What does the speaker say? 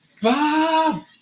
Bob